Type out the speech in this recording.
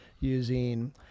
using